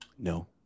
No